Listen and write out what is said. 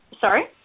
sorry